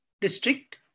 district